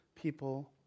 people